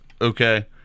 okay